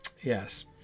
yes